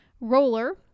Roller